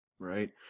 Right